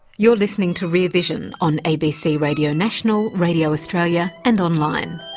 you're listening to rear vision on abc radio national, radio australia and online.